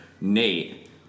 Nate